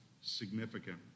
significant